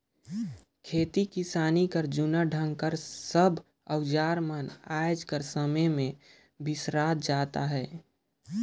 खेती किसानी कर जूना ढंग कर सब अउजार मन आएज कर समे मे बिसरात जात अहे